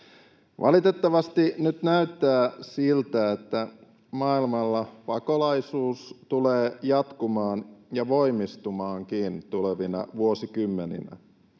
Valitettavasti nyt näyttää siltä, että maailmalla pakolaisuus tulee jatkumaan ja voimistumaankin tulevina vuosikymmeninä.